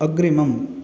अग्रिमम्